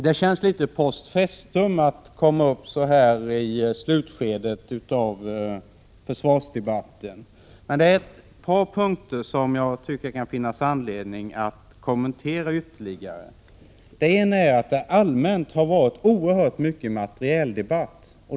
Det känns litet post festum att komma upp så här i slutskedet av försvarsdebatten. Men det är några punkter som jag tycker att det kan finnas anledning att kommentera ytterligare. Rent allmänt har det varit en mycket omfattande materieldebatt.